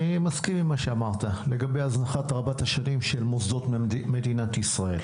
אני מסכים עם מה שאמרת לגבי ההזנחה רבת השנים של מוסדות מדינת ישראל.